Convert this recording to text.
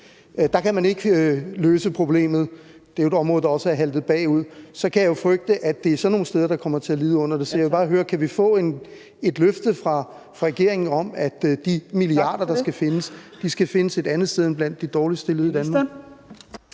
ikke kan løse problemet – det er jo et område, der også halter bagefter – så kan jeg jo frygte, at det er sådan nogle steder, der kommer til at lide under det. Så kan vi få et løfte fra regeringen om, at de milliarder, der skal findes, skal findes et andet sted end blandt de dårligst stillede i Danmark?